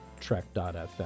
trek.fm